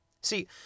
See